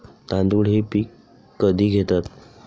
तांदूळ हे पीक कधी घेतात?